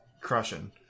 crushing